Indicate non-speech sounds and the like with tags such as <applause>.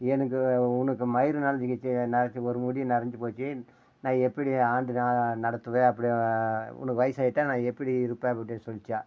எனக்கு உனக்கு மயிர் நரச்சிக்கிச்சு நரைச்சி ஒரு முடி நரச்சி போச்சு நான் எப்படி ஆண்டுனா நடத்துவேன் அப்படி உனக்கு வயிசாகிட்டா நான் எப்படி இருப்பேன் அப்படி <unintelligible> சொல்லுச்சாம்